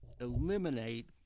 eliminate